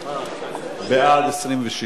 26 בעד,